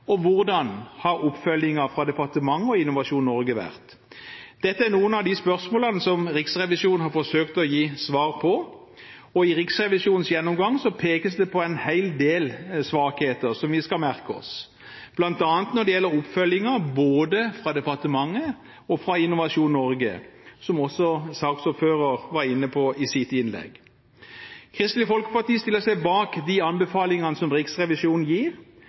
og hvordan har oppfølgingen fra departementet og Innovasjon Norge vært? Dette er noen av de spørsmålene som Riksrevisjonen har forsøkt å gi svar på, og i Riksrevisjonens gjennomgang pekes det på en hel del svakheter som vi skal merke oss, bl.a. når det gjelder oppfølgingen både fra departementet og fra Innovasjon Norge, som også saksordføreren var inne på i sitt innlegg. Kristelig Folkeparti stiller seg bak de anbefalingene som Riksrevisjonen gir.